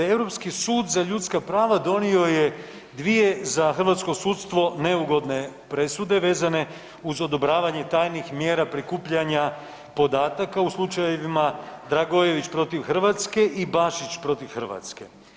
Europski sud za ljudska prava donio je dvije za hrvatsko sudstvo neugodne presude vezane uz odobravanje tajnih mjera prikupljanja podataka u slučajevima Dragojević protiv Hrvatske i Bašić protiv Hrvatske.